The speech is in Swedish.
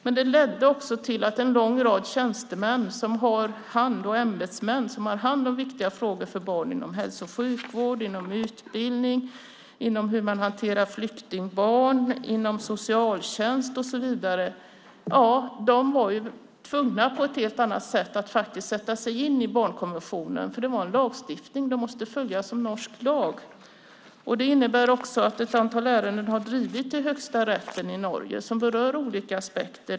Men det ledde också till att en lång rad tjänstemän och ämbetsmän som har hand om viktiga frågor för barnen inom hälso och sjukvård, inom utbildning, inom hur man hanterar flyktingbarn, inom socialtjänst och så vidare var tvungna att på ett helt annat sätt sätta sig in i barnkonventionen, för det var en lagstiftning som de måste följa som norsk lag. Det har också inneburit att ett antal ärenden har drivits i högsta rätten i Norge som berör olika aspekter av detta.